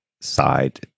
side